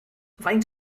faint